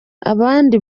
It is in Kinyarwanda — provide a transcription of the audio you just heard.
abandi